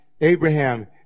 Abraham